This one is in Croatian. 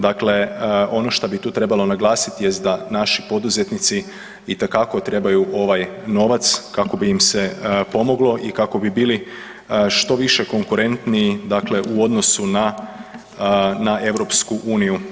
Dakle, ono što bi tu trebalo naglasit jest da naši poduzetnici itekako trebaju ovaj novac kako bi im se pomoglo i kako bi bili što više konkurentniji u odnosu na EU.